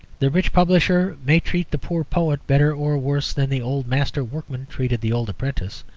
the rich publisher may treat the poor poet better or worse than the old master workman treated the old apprentice.